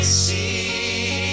see